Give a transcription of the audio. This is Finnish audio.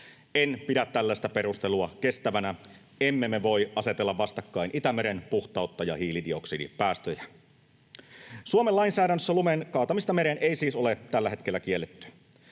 En pidä tällaista perustelua kestävänä. Emme me voi asetella vastakkain Itämeren puhtautta ja hiilidioksidipäästöjä. Suomen lainsäädännössä lumen kaatamista mereen ei siis ole tällä hetkellä kielletty.